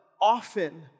often